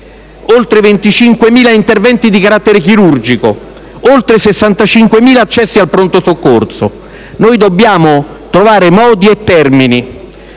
oltre 25.000 interventi chirurgici ed oltre 65.000 accessi al pronto soccorso. Dobbiamo trovare modi e termini